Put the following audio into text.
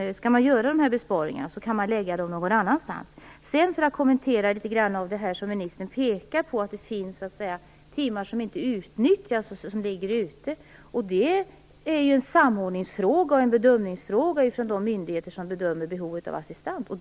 Skall man göra dessa besparingar bör det ske någon annanstans. Låt mig sedan kommentera litet grand av det som ministern pekar på, nämligen att det finns timmar som inte utnyttjas. Det är en samordningsfråga och en bedömningsfråga för de myndigheter som bedömer behovet av assistans.